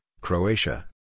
Croatia